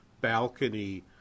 balcony